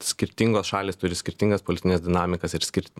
skirtingos šalys turi skirtingas politines dinamikos ir skir